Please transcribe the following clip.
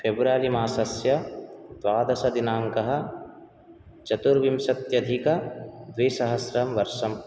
February मासस्य द्वादश दिनाङ्कः चर्तुविंशत्यधिक द्वि सहस्रं वर्षं